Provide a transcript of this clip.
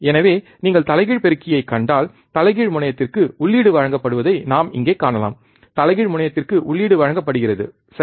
எனவே நீங்கள் தலைகீழ் பெருக்கியைக் கண்டால் தலைகீழ் முனையத்திற்கு உள்ளீடு வழங்கப்படுவதை நாம் இங்கே காணலாம் தலைகீழ் முனையத்திற்கு உள்ளீடு வழங்கப்படுகிறது சரி